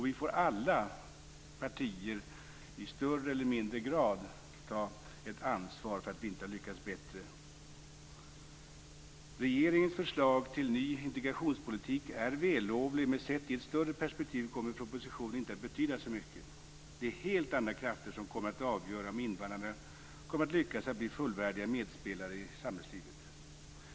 Vi får alla partier i större eller mindre grad ta ett ansvar för att vi inte lyckats bättre. Regeringens förslag till ny integrationspolitik är vällovlig, men sett i ett större perspektiv kommer propositionen inte att betyda så mycket. Det är helt andra krafter som kommer att avgöra om invandrarna kommer att lyckas att bli fullvärdiga medspelare i samhällslivet.